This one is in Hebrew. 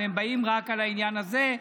והם באים רק לעניין הזה.